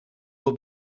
will